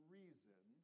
reason